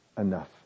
enough